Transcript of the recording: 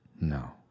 No